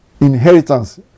Inheritance